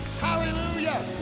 Hallelujah